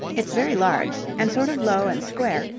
it's very large, and sort of low and square,